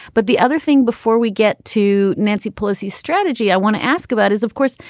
but the other thing, before we get to nancy pelosi's strategy, i want to ask about is, of course,